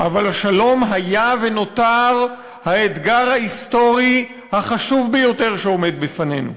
אבל השלום היה ונותר האתגר ההיסטורי החשוב ביותר שעומד בפנינו.